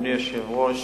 אדוני היושב-ראש,